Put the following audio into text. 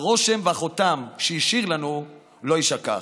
אך הרושם והחותם שהשאיר לנו לא יישכח.